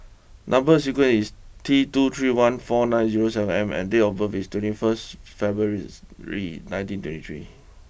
number sequence is T two three one four nine zero seven M and date of birth is twenty first February's Ray nineteen twenty three